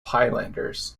highlanders